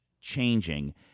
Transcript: changing